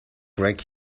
greg